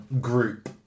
group